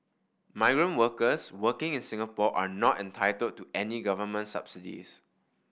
migrant workers working in Singapore are not entitled to any Government subsidies